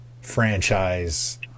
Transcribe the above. franchise